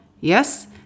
yes